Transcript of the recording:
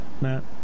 Matt